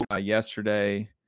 yesterday